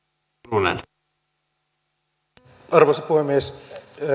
arvoisa puhemies